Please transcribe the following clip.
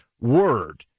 word